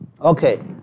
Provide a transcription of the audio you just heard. Okay